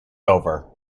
over